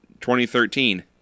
2013